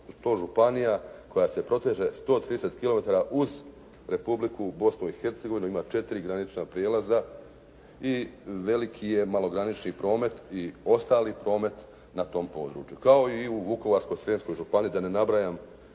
to županija koja se proteže 130 kilometara uz Republiku Bosnu i Hercegovinu. Ima 4 granična prijelaza i veliki je malogranični promet i ostali promet na tom području kao i u Vukovarsko-Srijemskoj županiji da ne nabrajam